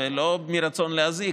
ולא מרצון להזיק,